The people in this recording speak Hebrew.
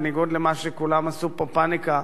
בניגוד למה שכולם עשו פה פניקה,